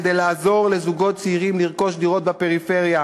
כדי לעזור לזוגות צעירים לרכוש דירות בפריפריה.